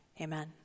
amen